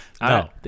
No